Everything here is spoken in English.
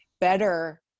better